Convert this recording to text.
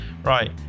Right